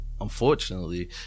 unfortunately